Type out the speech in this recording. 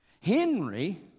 Henry